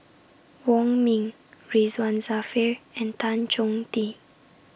Wong Ming Ridzwan Dzafir and Tan Chong Tee